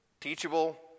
teachable